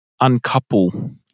uncouple